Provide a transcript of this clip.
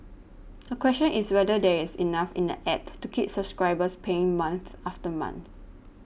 the question is whether there is enough in the App to keep subscribers paying month after month